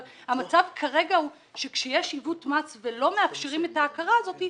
אבל המצב כרגע הוא שכאשר יש עיוות מס ו לא מאפשרים את ההכרה הזאת,